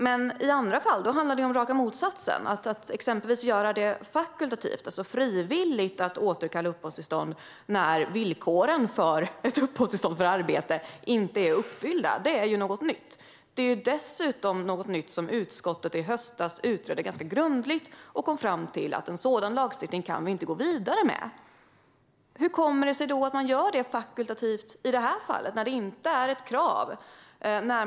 Men i andra fall handlar det om raka motsatsen, att exempelvis göra det fakultativt, alltså frivilligt, att återkalla uppehållstillstånd när villkoren för ett uppehållstillstånd för arbete inte är uppfyllda. Det är något nytt. Det är dessutom något nytt som utskottet i höstas utredde ganska grundligt, och vi kom fram till att vi inte kan gå vidare med en sådan lagstiftning. Hur kommer det sig då att man gör det fakultativt i det här fallet när det inte är ett krav?